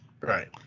Right